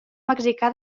mexicà